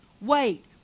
wait